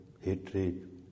hatred